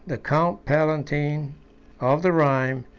the count palatine of the rhine,